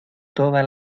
toda